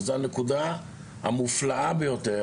וזו הנקודה המופלאה ביותר,